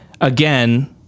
again